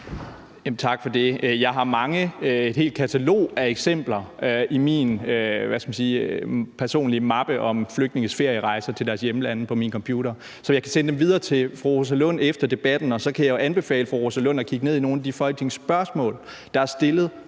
mange eksempler – et helt katalog – i min personlige mappe om flygtninges ferierejser til deres hjemlande på min computer. Så jeg kan sende dem videre til fru Rosa Lund efter debatten, og så kan jeg jo anbefale fru Rosa Lund at kigge ned i nogle af de folketingsspørgsmål, der er stillet